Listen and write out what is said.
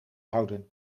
houden